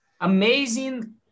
amazing